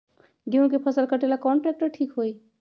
गेहूं के फसल कटेला कौन ट्रैक्टर ठीक होई?